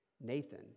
Nathan